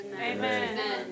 Amen